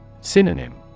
Synonym